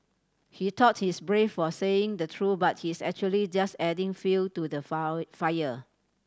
he thought he's brave for saying the truth but he's actually just adding fuel to the fire